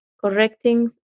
correcting